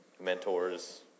mentors